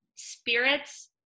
spirits